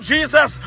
Jesus